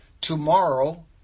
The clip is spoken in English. Tomorrow